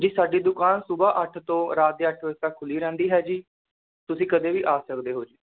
ਜੀ ਸਾਡੀ ਦੁਕਾਨ ਸੁਬਾਹ ਅੱਠ ਤੋਂ ਰਾਤ ਦੇ ਅੱਠ ਵਜੇ ਤੱਕ ਖੁੱਲੀ ਰਹਿੰਦੀ ਹੈ ਜੀ ਤੁਸੀਂ ਕਦੇ ਵੀ ਆ ਸਕਦੇ ਹੋ ਜੀ